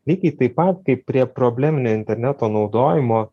lygiai taip pat kaip prie probleminio interneto naudojimo